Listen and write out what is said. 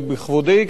בכבודי,